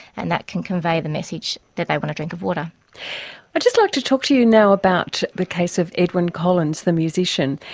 and that can convey the message that they want a drink of water. i'd just like to talk to you now about the case of edwyn collins, the musician.